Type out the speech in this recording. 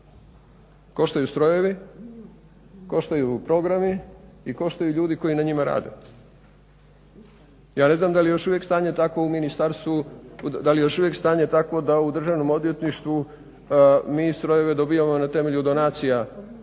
Koštaju strojevi, koštaju programi i koštaju ljudi koji na njima rade. Ja ne znam da li je još uvijek stanje takvo da u Državnom odvjetništvu mi strojeve dobivamo na temelju donacija